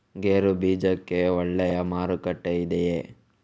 ಗೇರು ಬೀಜಕ್ಕೆ ಒಳ್ಳೆಯ ಮಾರುಕಟ್ಟೆ ಇದೆಯೇ?